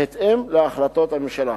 בהתאם להחלטות הממשלה.